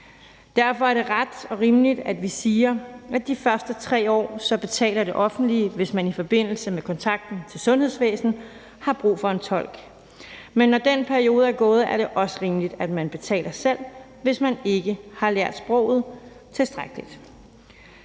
Derfor er det ret og rimeligt, at vi siger, at de første 3 år betaler det offentlige, hvis man i forbindelse med kontakt til sundhedsvæsenet har brug for en tolk, men når den periode er gået, er det også rimeligt, at man betaler selv, hvis man ikke har lært sproget tilstrækkeligt.